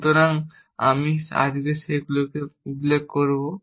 সুতরাং আমি আজকে সেগুলি উল্লেখ করব